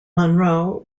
monroe